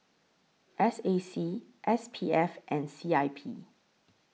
S A C S P F and C I P